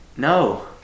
No